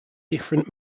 different